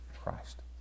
christ